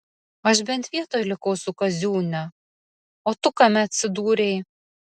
aš bent vietoj likau su kaziūne o tu kame atsidūrei